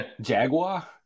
Jaguar